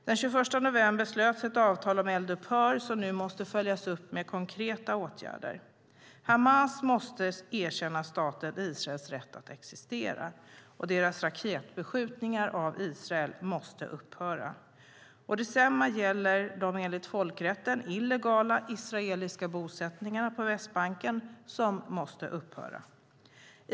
Den 21 november slöts ett avtal om eldupphör som nu måste följas upp med konkreta åtgärder. Hamas måste erkänna staten Israels rätt att existera, och deras raketbeskjutningar av Israel måste upphöra. Detsamma gäller de enligt folkrätten illegala israeliska bosättningarna på Västbanken.